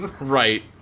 Right